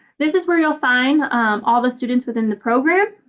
this is where you'll find all the students within the program.